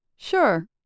Sure